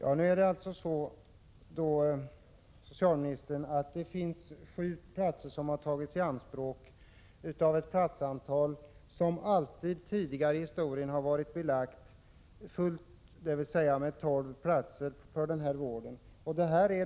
Fru talman! Sju platser har alltså tagits i anspråk. Tidigare i historien var de tolv platser som fanns alltid fullbelagda.